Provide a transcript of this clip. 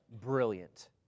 brilliant